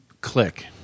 click